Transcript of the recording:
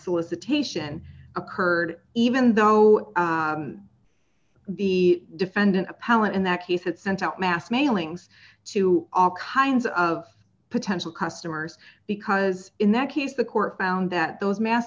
solicitation occurred even though the defendant appellant in that case it sent out mass mailings to all kinds of potential customers because in that case the court found that those mass